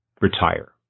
retire